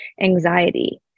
anxiety